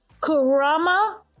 Kurama